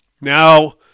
now